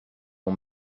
ton